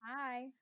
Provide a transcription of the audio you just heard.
Hi